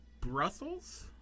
Brussels